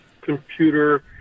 computer